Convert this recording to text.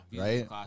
right